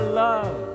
love